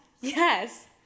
Yes